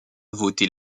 votée